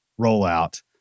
rollout